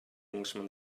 englishman